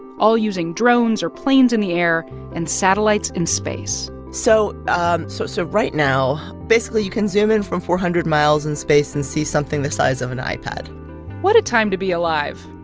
all using drones or planes in the air and satellites in space so um so so right now, basically, you can zoom in from four hundred miles in space and see something the size of an ipad what a time to be alive,